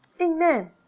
Amen